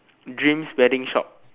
dreams wedding shop